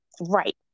right